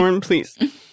please